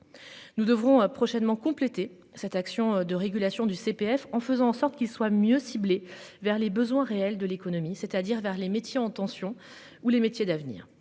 Nous devrons prochainement compléter cette action de régulation du CPF en faisant en sorte qu'il soit mieux ciblées vers les besoins réels de l'économie, c'est-à-dire vers les métiers en tension ou les métiers d'avenir.